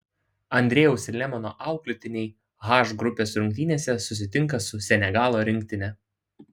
andrejaus lemano auklėtiniai h grupės rungtynėse susitinka su senegalo rinktine